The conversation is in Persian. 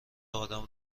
آدم